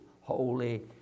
holy